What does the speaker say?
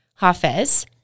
Hafez